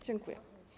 Dziękuję.